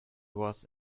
was